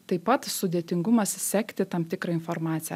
taip pat sudėtingumas sekti tam tikrą informaciją